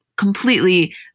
completely